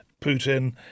Putin